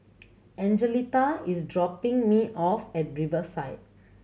Angelita is dropping me off at Riverside